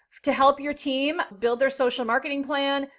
to help your team build their social marketing plan,